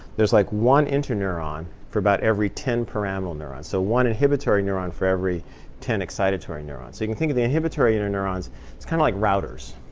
there's like one interneuron for about every ten pyramidal neuron. so one inhibitory neuron for every ten excitatory neuron. so you can think of the inhibitory interneurons as kind of like routers.